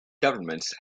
governments